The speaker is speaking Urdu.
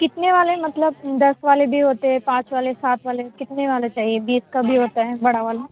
کتنے والے مطلب دس والے بھی ہوتے پانچ والے سات والے کتنے والے چاہیے بیس کا بھی ہوتا ہے بڑا والا